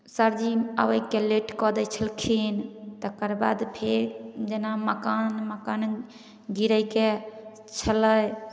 सरजी आबयके लेट कऽ दै छलखिन तकर बाद फेर जेना मकान मकान गिरयके छलय